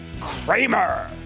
Kramer